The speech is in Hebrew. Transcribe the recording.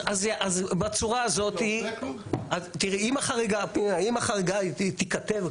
אם החריגה תיכתב,